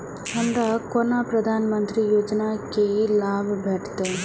हमरो केना प्रधानमंत्री योजना की लाभ मिलते?